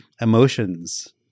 emotions